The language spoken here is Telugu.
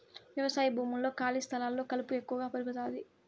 వ్యవసాయ భూముల్లో, ఖాళీ స్థలాల్లో కలుపు ఎక్కువగా పెరుగుతాది